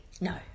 no